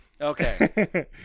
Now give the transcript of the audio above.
okay